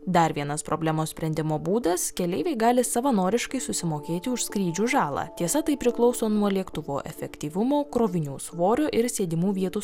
dar vienas problemos sprendimo būdas keleiviai gali savanoriškai susimokėti už skrydžių žalą tiesa tai priklauso nuo lėktuvo efektyvumo krovinių svorio ir sėdimų vietų